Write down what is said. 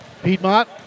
Piedmont